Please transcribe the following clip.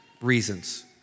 reasons